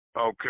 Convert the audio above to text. Okay